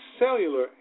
cellular